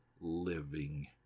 living